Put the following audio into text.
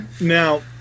Now